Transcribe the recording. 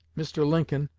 mr. lincoln,